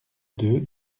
deux